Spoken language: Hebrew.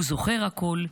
הוא זוכר הכול.